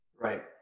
Right